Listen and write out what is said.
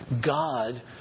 God